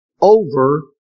over